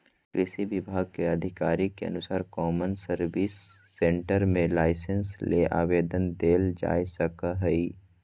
कृषि विभाग के अधिकारी के अनुसार कौमन सर्विस सेंटर मे लाइसेंस ले आवेदन देल जा सकई हई